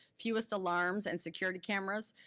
fewest alarms and security cameras,